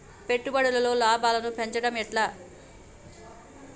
పెట్టుబడులలో లాభాలను పెంచడం ఎట్లా?